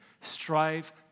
Strive